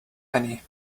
annie